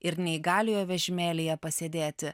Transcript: ir neįgaliojo vežimėlyje pasėdėti